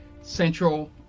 central